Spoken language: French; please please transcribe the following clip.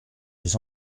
des